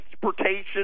Transportation